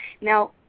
Now